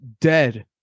dead